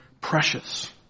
precious